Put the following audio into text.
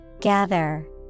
Gather